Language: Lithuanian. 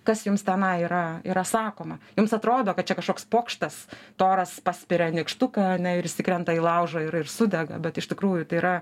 kas jums tenai yra yra sakoma jums atrodo kad čia kažkoks pokštas toras paspiria nykštuką ane ir jis įkrenta į laužą ir ir sudega bet iš tikrųjų tai yra